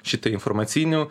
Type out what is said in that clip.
šita informacinių